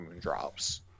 drops